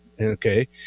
Okay